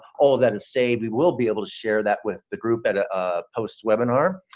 all that is, say we will be able to share that with the group at a ah post webinar.